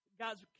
God's